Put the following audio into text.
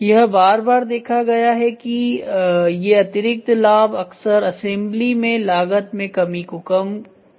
यह बार बार देखा गया है कि ये अतिरिक्त लाभ अक्सर असेंबली में लागत में कमी को कम करते हैं